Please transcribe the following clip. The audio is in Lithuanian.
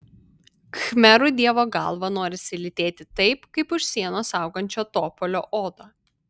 khmerų dievo galvą norisi lytėti taip kaip už sienos augančio topolio odą